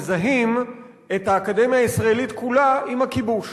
מזהים את האקדמיה הישראלית כולה עם הכיבוש.